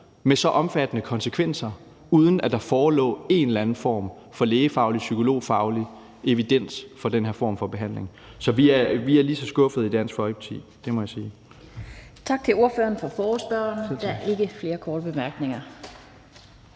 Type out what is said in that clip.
med så omfattende konsekvenser, uden at der forelå en eller anden form for lægefaglig eller psykologfaglig evidens for den her form for behandling. Så vi er lige så skuffede i Dansk Folkeparti, det må jeg sige. Kl. 20:32 Den fg. formand (Annette Lind): Tak til ordføreren for forespørgerne. Der er ikke flere korte bemærkninger.